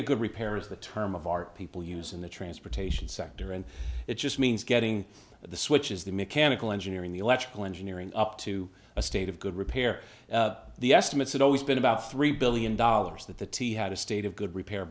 of good repair is the term of art people use in the transportation sector and it just means getting the switches the mechanical engineering the electrical engineering up to a state of good repair the estimates had always been about three billion dollars that the t had a state of good repair